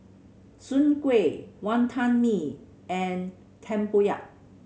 Soon Kuih Wantan Mee and tempoyak